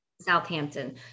Southampton